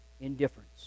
Indifference